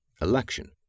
Election